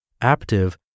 Aptive